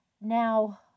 now